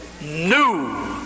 new